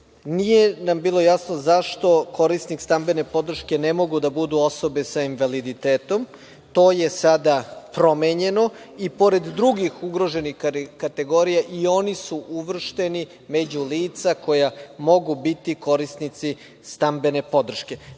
Nije nam bilo jasno zašto korisnici stambene podrške ne mogu da budu osobe sa invaliditetom. To je sada promenjeno. I pored drugih ugroženih kategorija, i oni su uvršteni među lica koja mogu biti korisnici stambene podrške. Mislim